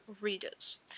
readers